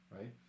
right